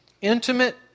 intimate